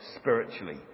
spiritually